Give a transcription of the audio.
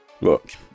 Look